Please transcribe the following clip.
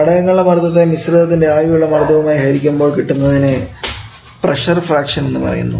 ഘടകങ്ങളുടെ മർദ്ദത്തെ മിശ്രിതത്തിൻറെ ആകെയുള്ള മർദ്ദവും ആയി ഹരിക്കുമ്പോൾ കിട്ടുന്നതിനെ പ്രഷർ ഫ്രാക്ഷൻ എന്ന് പറയുന്നു